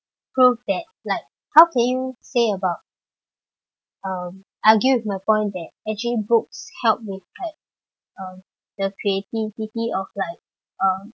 prove that like how can you say about um argue with my point that actually books help with like um the creativity of like um